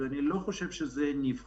פתרון שאני לא חושב שהוא נבחן.